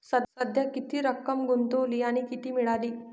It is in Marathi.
सध्या किती रक्कम गुंतवली आणि किती मिळाली